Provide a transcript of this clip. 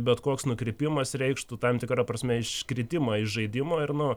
bet koks nukrypimas reikštų tam tikra prasme iškritimą iš žaidimo ir nu